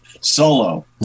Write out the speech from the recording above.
solo